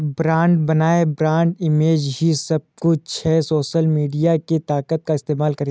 brand बनाएं, brand image ही सब कुछ है, सोशल मीडिया की ताकत का इस्तेमाल करें